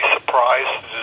surprised